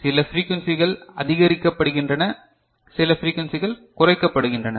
சில ப்ரீகுவென்சிகள் அதிகரிக்கப்படுகின்றன சில ப்ரீகுவென்சிகள் குறைக்கப்படுகின்றன